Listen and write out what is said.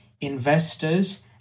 investors